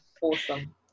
Awesome